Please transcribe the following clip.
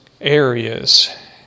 areas